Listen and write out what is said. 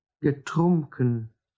getrunken